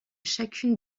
chacune